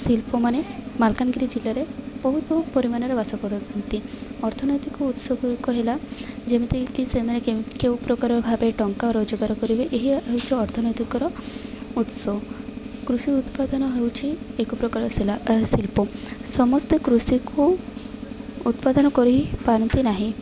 ଶିଲ୍ପମାନେ ମାଲକାନଗିରି ଜିଲ୍ଲାରେ ବହୁତ ପରିମାନରେ ବାସ କରନ୍ତି ଅର୍ଥନୈତିକ ଉତ୍ସଗୁଡ଼ିକ ହେଲା ଯେମିତିକି ସେମାନେ କେଉଁ ପ୍ରକାର ଭାବେ ଟଙ୍କା ରୋଜଗାର କରିବେ ଏହା ହେଉଛି ଅର୍ଥନୈତିକର ଉତ୍ସ କୃଷି ଉତ୍ପାଦନ ହେଉଛି ଏକପ୍ରକାର ଶିଲ୍ପ ସମସ୍ତେ କୃଷିକୁ ଉତ୍ପାଦନ କରିପାରନ୍ତି ନାହିଁ